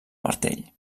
martell